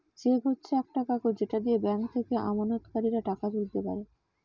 check হচ্ছে একটা কাগজ যেটা দিয়ে ব্যাংক থেকে আমানতকারীরা টাকা তুলতে পারে